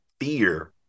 fear